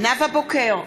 נאוה בוקר,